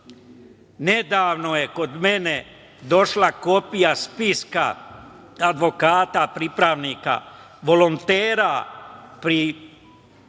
nedavno je kod mene došla kopija spiska advokata pripravnika, volontera pri